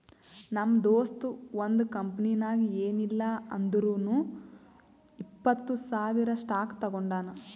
ನಮ್ ದೋಸ್ತ ಒಂದ್ ಕಂಪನಿನಾಗ್ ಏನಿಲ್ಲಾ ಅಂದುರ್ನು ಇಪ್ಪತ್ತ್ ಸಾವಿರ್ ಸ್ಟಾಕ್ ತೊಗೊಂಡಾನ